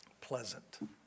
pleasant